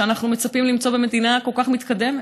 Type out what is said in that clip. מהשיעור שאנחנו מצפים למצוא במדינה כל כך מתקדמת,